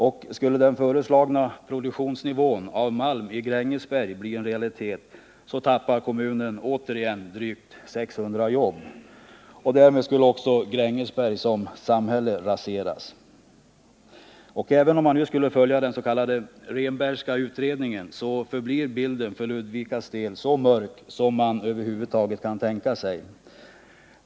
Och skulle den föreslagna produktionsnivån av malm i Grängesberg bli en realitet tappar kommunen återigen drygt 600 jobb. Därmed skulle också Grängesberg som samhälle raseras. Även om man nu skulle följa den s.k. Rehnbergska utredningen förblir bilden för Ludvikas del så mörk som man över huvud taget kan tänka sig.